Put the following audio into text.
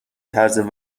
طرز